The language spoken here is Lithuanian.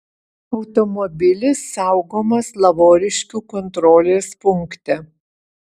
automobilis saugomas lavoriškių kontrolės punkte